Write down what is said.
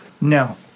No